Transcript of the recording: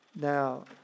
Now